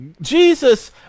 jesus